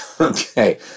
Okay